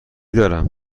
دارم